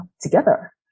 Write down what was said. together